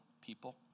people